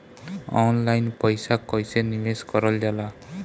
Online पईसा कईसे निवेश करल जाला?